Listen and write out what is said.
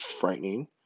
frightening